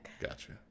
Gotcha